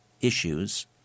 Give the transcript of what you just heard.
issues